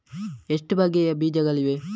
ಎಷ್ಟು ಬಗೆಯ ಬೀಜಗಳಿವೆ?